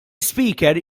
ispeaker